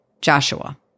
Joshua